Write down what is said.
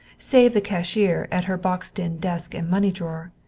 save the cashier at her boxed-in desk and money drawer,